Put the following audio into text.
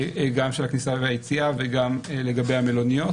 גם של הכניסה והיציאה וגם לגבי המלוניות,